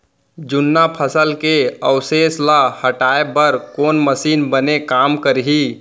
जुन्ना फसल के अवशेष ला हटाए बर कोन मशीन बने काम करही?